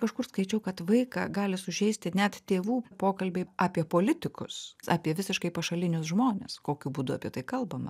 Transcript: kažkur skaičiau kad vaiką gali sužeisti net tėvų pokalbiai apie politikus apie visiškai pašalinius žmones kokiu būdu apie tai kalbama